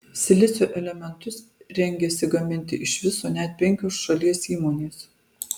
silicio elementus rengiasi gaminti iš viso net penkios šalies įmonės